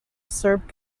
serb